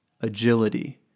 agility